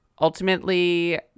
ultimately